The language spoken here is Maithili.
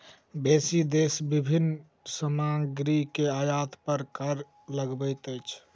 बेसी देश विभिन्न सामग्री के आयात पर कर लगबैत अछि